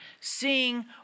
seeing